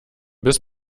bis